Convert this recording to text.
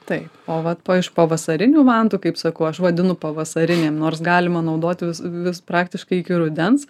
taip o vat iš pavasarinių vantų kaip sakau aš vadinu pavasarinėm nors galima naudoti vis praktiškai iki rudens